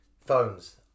Phones